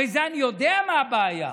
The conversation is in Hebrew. הרי אני יודע מה הבעיה.